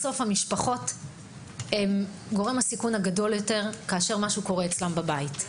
בסוף המשפחות הם הגורם הסיכון הגדול יותר כשמשהו קורה אצלן בבית.